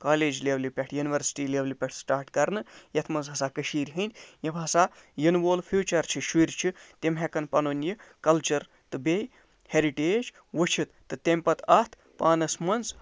college لیولہِ پٮ۪ٹھ university لیٚولہِ پٮ۪ٹھ سِٹارٹ کَرنہٕ یَتھ منٛز ہسا کٔشیٖرِ ہٕنٛدۍ یِم ہسا یِنہٕ وول فیٛوٗچَر چھِ شُرۍ چھِ تِم ہٮ۪کَن پَنُن یہِ کَلچَر تہٕ بیٚیہِ ہیرِٹیج وُچھِتھ تہٕ تَمہِ پتہٕ اَتھ پانَس منٛز